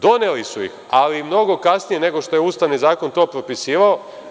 Doneli su ih, ali mnogo kasnije nego što je Ustavni zakon to propisivao.